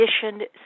conditioned